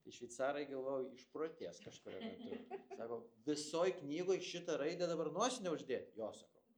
tai šveicarai galvojau išprotės kažkuriuo metu sako visoj knygoj šitą raidę dabar nosinę uždėt jo sakau